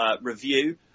review